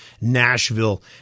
Nashville